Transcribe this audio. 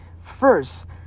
first